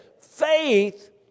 Faith